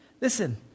Listen